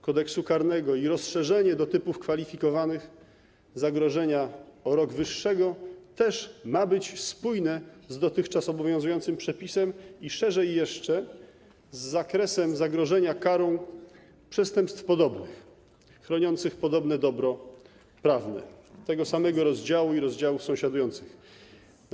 Kodeksu karnego i rozszerzenie stosowania do typów kwalifikowanych zagrożenia o rok wyższego też ma być spójne z dotychczas obowiązującym przepisem i, szerzej jeszcze, z zakresem zagrożenia karą przestępstw podobnych, chroniących podobne dobro prawne z tego samego rozdziału i rozdziałów sąsiadujących z nim.